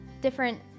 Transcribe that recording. different